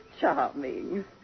charming